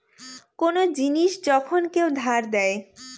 কোন জিনিস যখন কেউ ধার দেয়